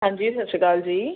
ਹਾਂਜੀ ਸਤਿ ਸ਼੍ਰੀ ਅਕਾਲ ਜੀ